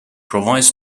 provides